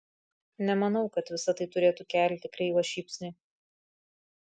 nemanau kad visa tai turėtų kelti kreivą šypsnį